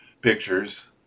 pictures